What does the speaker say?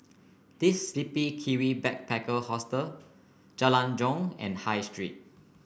The Sleepy Kiwi Backpacker Hostel Jalan Jong and High Street